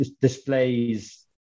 displays